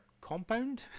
compound